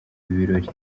birori